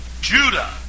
Judah